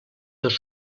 dos